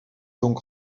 donc